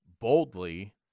boldly